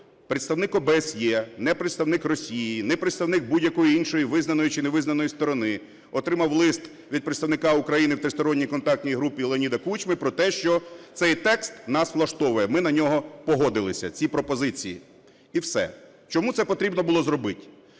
представник ОБСЄ. Не представник Росії, не представник будь-якої іншої визнаної чи невизнаної сторони. Отримав лист від представника України в Тристоронній контактній групі Леоніда Кучми про те, що цей текст нас влаштовує, ми на нього погодилися, ці пропозиції. І все. Чому це потрібно було зробити.